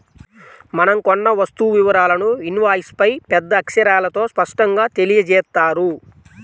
మనం కొన్న వస్తువు వివరాలను ఇన్వాయిస్పై పెద్ద అక్షరాలతో స్పష్టంగా తెలియజేత్తారు